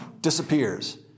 disappears